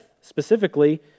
specifically